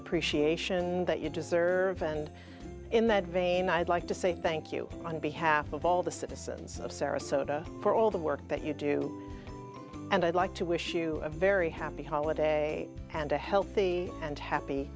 appreciation that you deserve and in that vein i'd like to say thank you on behalf of all the citizens of sarasota for all the work that you do and i'd like to wish you a very happy holiday and a healthy and happy